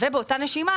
באותה הנשימה,